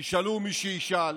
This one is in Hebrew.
ישאל מי שישאל